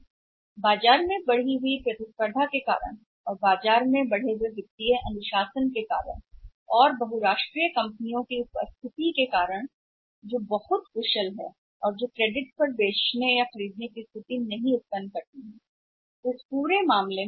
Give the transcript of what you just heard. इस वजह से बाजार में प्रतिस्पर्धा बढ़ गई और क्योंकि बाजार में वित्तीय अनुशासन बढ़ा है और की उपस्थिति के कारण बहुराष्ट्रीय कंपनियां जो बहुत बहुत कुशल हैं और जो कहने की स्थिति पैदा नहीं करती हैं क्रेडिट पर बेचने के क्रेडिट पर खरीद